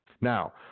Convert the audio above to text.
Now